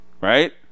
right